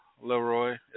Leroy